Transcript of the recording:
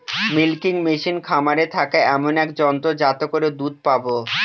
milking machine খামারে থাকা এমন এক যন্ত্র যাতে করে দুধ পাবো